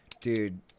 dude